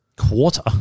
Quarter